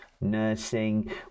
nursing